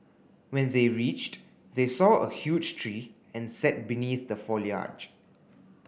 when they reached they saw a huge tree and sat beneath the foliage